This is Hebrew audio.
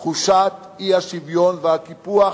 תחושת האי-שוויון והקיפוח,